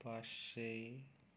पाचशे